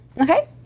Okay